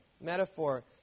metaphor